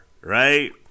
right